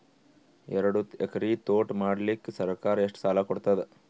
ಎರಡು ಎಕರಿ ತೋಟ ಮಾಡಲಿಕ್ಕ ಸರ್ಕಾರ ಎಷ್ಟ ಸಾಲ ಕೊಡತದ?